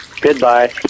goodbye